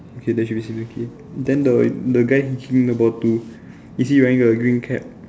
okay there should be basically then the the guy he about to is he wearing a green cap